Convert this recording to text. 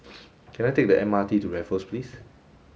can I take the M R T to Raffles Place